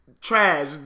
Trash